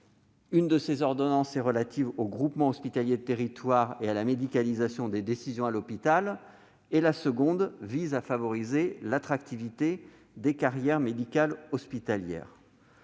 L'une de ces ordonnances est « relative aux groupements hospitaliers de territoire et à la médicalisation des décisions à l'hôpital », quand l'autre vise « à favoriser l'attractivité des carrières médicales hospitalières